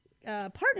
Partner